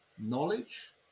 knowledge